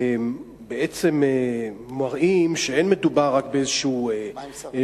בעצם מראים שאין מדובר רק באיזה נוהג,